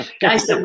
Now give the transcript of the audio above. Guys